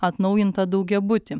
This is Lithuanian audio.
atnaujintą daugiabutį